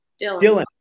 Dylan